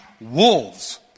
wolves